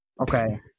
okay